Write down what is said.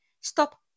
Stop